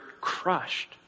crushed